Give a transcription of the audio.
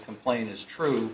complaint is true